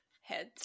heads